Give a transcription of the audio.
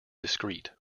discrete